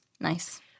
Nice